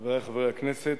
חברי חברי הכנסת,